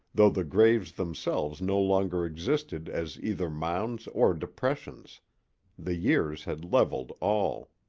though the graves themselves no longer existed as either mounds or depressions the years had leveled all.